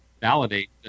validate